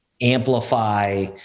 amplify